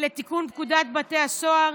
לתיקון פקודת בתי הסוהר,